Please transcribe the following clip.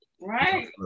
right